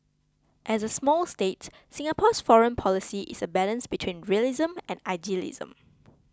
as a small state Singapore's foreign policy is a balance between realism and idealism